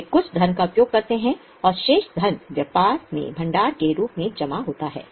वे कुछ धन का उपयोग करते हैं और शेष धन व्यापार में भंडार के रूप में जमा होता है